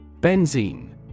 Benzene